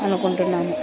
అనుకుంటున్నాను